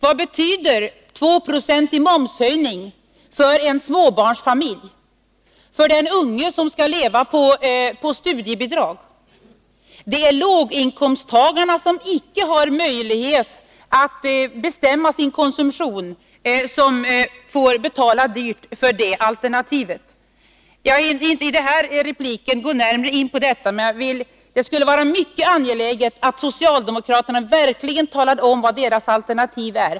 Vad betyder en tvåprocentig momshöjning för en småbarnsfamilj eller för den unge individen som skall leva på studiebidrag? Det är låginkomsttagarna, som icke har möjlighet att bestämma sin konsumtion, som får betala dyrt för det alternativet. Jag skall inte i den här repliken gå närmare in på detta, men det är mycket angeläget att socialdemokraterna verkligen talar om vilket deras alternativ är.